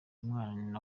umwana